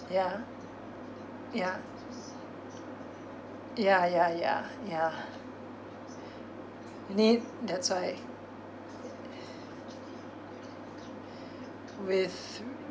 ya ya ya ya ya ya need that's why with